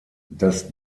das